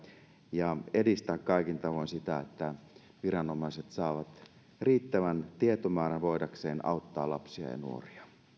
ja edistää kaikin tavoin sitä että viranomaiset saavat riittävän tietomäärän voidakseen auttaa lapsia ja nuoria